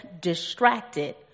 distracted